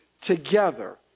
together